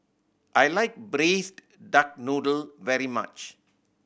I like Braised Duck Noodle very much